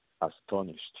astonished